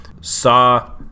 saw